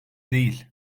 değil